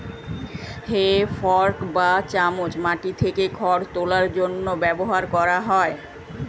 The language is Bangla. হে ফর্ক বা চামচ মাটি থেকে খড় তোলার জন্য ব্যবহার করা হয়